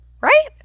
right